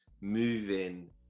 moving